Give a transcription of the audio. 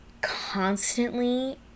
constantly